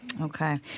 Okay